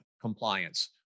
compliance